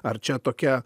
ar čia tokia